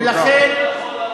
תודה.